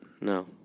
No